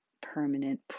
permanent